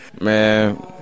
man